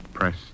Press